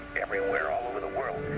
everywhere all over the world